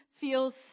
feels